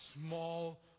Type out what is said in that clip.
small